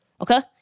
Okay